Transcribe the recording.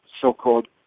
so-called